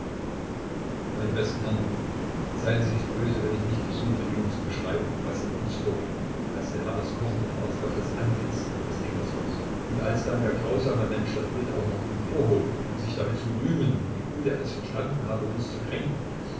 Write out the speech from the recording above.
meine besten herren seien sie nicht böse wenn ich nicht versuche ihnen zu beschreiben was in uns vorging als der herr das kochende harz auf das antlitz des engels goß und als dann der grausame mensch das bild auch noch emporhob um sich damit zu rühmen wie gut er es verstanden hatte uns zu kränken